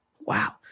Wow